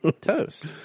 Toast